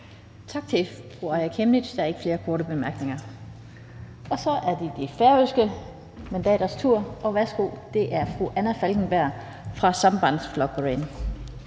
Tak til fru Aaja Chemnitz. Der er ikke flere korte bemærkninger. Så er det de færøske mandaters tur. Værsgo til fru Anna Falkenberg fra Sambandsflokkurin.